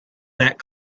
that